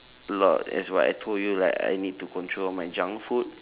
a lot as what I told you right I need to control my junk food